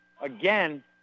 again